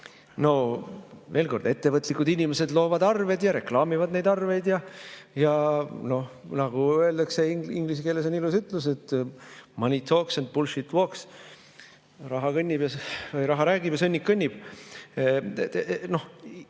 no veel kord, ettevõtlikud inimesed loovad arved ja reklaamivad neid arveid. Ja nagu öeldakse, inglise keeles on ilus ütlusmoney talks, bullshit walks ehk"raha räägib ja sõnnik kõnnib."